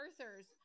Earthers